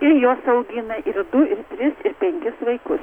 ir jos augina ir du ir tris ir penkis vaikus